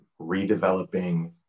redeveloping